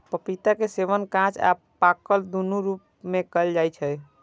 पपीता के सेवन कांच आ पाकल, दुनू रूप मे कैल जाइ छै